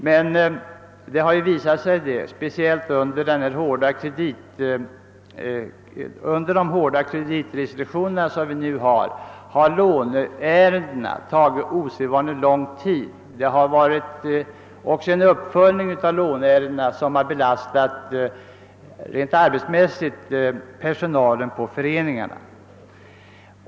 Men med de hårda kreditrestriktioner vi nu har visar det sig att låneärendena tar ovanligt lång tid i anspråk och uppföljningen av dessa ärenden har rent arbetsmässigt starkt belastat personalen i föreningarna.